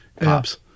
pops